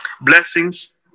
blessings